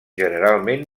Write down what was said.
generalment